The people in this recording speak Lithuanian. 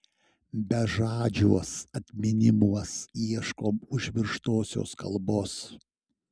bežadžiuos atminimuos ieškom užmirštosios kalbos